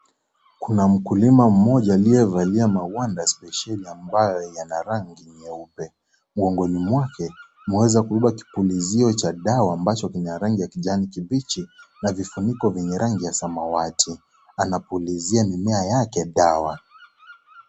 Kuna mkulima mmoja aliyevalia magwanda spesheli ambayo yana rangi nyeupe. Mgongoni mwake, ameweza kubeba kupulizia cha dawa ambacho kina rangi ya kijani kibichi na kifuniko chenye rangi ya samawati. Anapulizia mimea yake dawa.